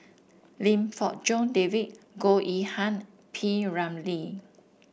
Lim Fong Jock David Goh Yihan P Ramlee